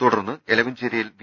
തുടർന്ന് എലവഞ്ചേരിയിൽ വി